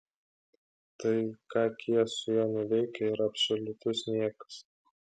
tai ką kia su ja nuveikia yra absoliutus niekas